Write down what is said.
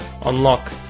unlock